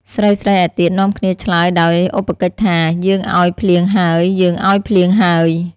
ស្រីៗឯទៀតនាំគ្នាឆ្លើយដោយឧបកិច្ចថា យើងឲ្យភ្លៀងហើយ! យើងឲ្យភ្លៀងហើយ ! ។